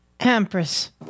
empress